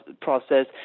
process